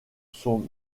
sont